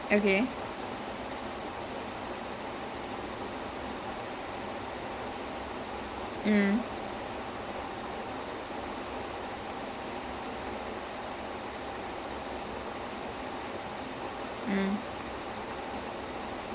they will start scheming to make err kevin spacey the vice president but then as the seasons progress he becomes more power hungry then he will he will do some questionable things to become the next president of the united states